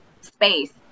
space